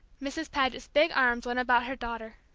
mrs. paget's big arms went about her daughter.